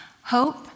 Hope